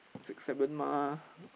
six seven mah